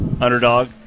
underdog